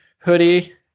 hoodie